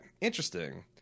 interesting